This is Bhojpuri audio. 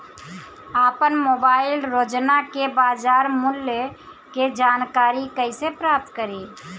आपन मोबाइल रोजना के बाजार मुल्य के जानकारी कइसे प्राप्त करी?